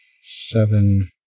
seven